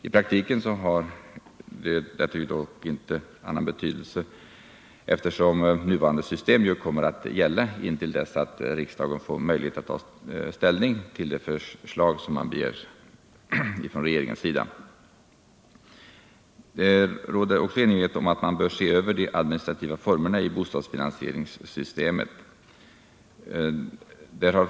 I praktiken har det dock inte någon betydelse, eftersom nuvarande system kommer att gälla intill dess riksdagen får möjlighet att ta ställning till det förslag som man begär från regeringen. Det råder också enighet om att de administrativa formerna i bostadsfinansieringssystemet bör ses över.